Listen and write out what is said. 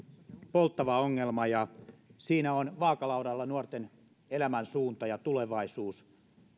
polttava ongelma siinä ovat vaakalaudalla nuorten elämän suunta ja tulevaisuus